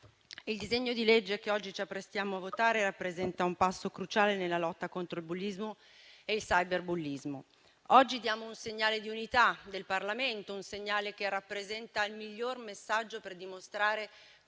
il disegno di legge che oggi ci apprestiamo a votare rappresenta un passo cruciale nella lotta contro il bullismo e il cyberbullismo. Oggi diamo un segnale di unità del Parlamento, un segnale che rappresenta il miglior messaggio per dimostrare